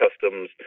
customs